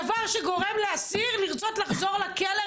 דבר שגורם לאסיר לרצות לחזור לכלא,